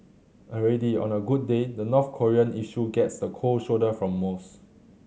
already on a good day the North Korean issue gets the cold shoulder from most